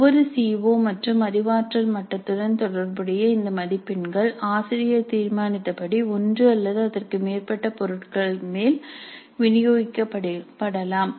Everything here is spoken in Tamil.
ஒவ்வொரு சி ஓ மற்றும் அறிவாற்றல் மட்டத்துடன் தொடர்புடைய இந்த மதிப்பெண்கள் ஆசிரியர் தீர்மானித்தபடி ஒன்று அல்லது அதற்கு மேற்பட்ட பொருட்களுக்கு மேல் விநியோகிக்கப்படலாம்